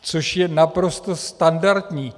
Což je naprosto standardní.